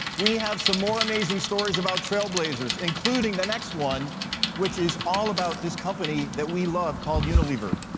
we have some more amazing stories about trailblazers, including the next one which is all about this company that we love called unilever.